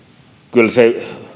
kyllä se